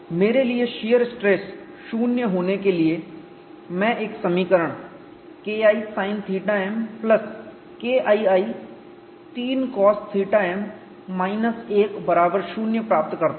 मेरे लिए shear stress 0 होने के लिए मैं एक समीकरण KI sinθm plus KII 3Cosθm minus 1 बराबर शून्य प्राप्त करता हूं